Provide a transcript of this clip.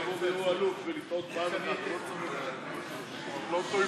ההסתייגות של קבוצת סיעת ישראל ביתנו לשם החוק לא נתקבלה.